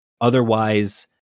Otherwise